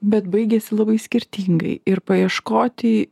bet baigėsi labai skirtingai ir paieškoti